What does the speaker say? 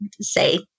say